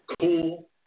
cool